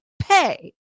pay